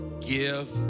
give